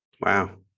wow